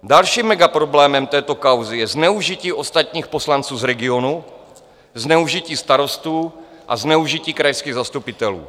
Dalším megaproblémem této kauzy je zneužití ostatních poslanců z regionu, zneužití starostů a zneužití krajských zastupitelů.